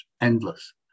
endless